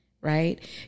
right